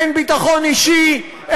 אין ביטחון אישי,